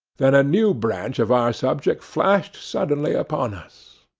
than a new branch of our subject flashed suddenly upon us.